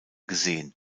gesehen